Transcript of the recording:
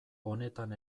honetan